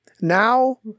Now